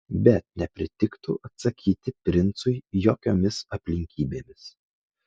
bet nepritiktų atsakyti princui jokiomis aplinkybėmis